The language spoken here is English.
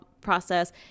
process